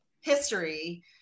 history